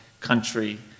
country